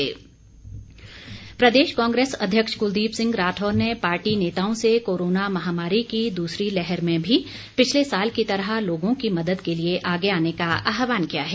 राठौर प्रदेश कांग्रेस अध्यक्ष कुलदीप सिंह राठौर ने पार्टी नेताओं से कोरोना महामारी की दूसरी लहर में भी पिछले साल की तरह लोगों की मदद के लिए आगे आने का आहवान किया है